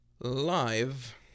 live